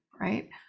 right